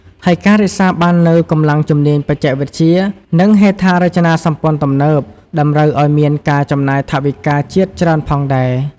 ហើយការរក្សាបាននូវកម្លាំងជំនាញបច្ចេកវិទ្យា និងហេដ្ឋារចនាសម្ព័ន្ធទំនើប តម្រូវឱ្យមាន ការចំណាយថវិកាជាតិច្រើនផងដែរ។